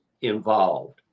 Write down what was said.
involved